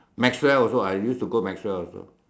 Maxwell also I used to go Maxwell also